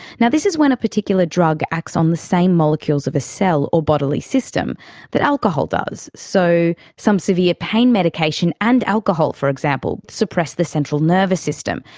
this is when a particular drug acts on the same molecules of a cell or bodily system that alcohol does. so some severe pain medication and alcohol, for example, suppress the central nervous system,